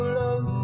love